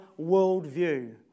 worldview